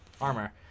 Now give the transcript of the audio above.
armor